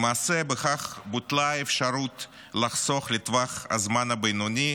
למעשה בכך בוטלה האפשרות לחסוך לטווח הזמן הבינוני,